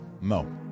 No